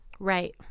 Right